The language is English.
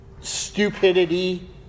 stupidity